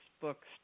books